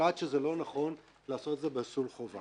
הוחלט שזה לא נכון לעשות את זה מסלול חובה.